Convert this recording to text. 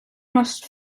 must